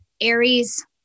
Aries